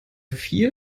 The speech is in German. vier